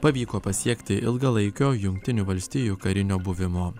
pavyko pasiekti ilgalaikio jungtinių valstijų karinio buvimo